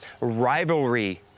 Rivalry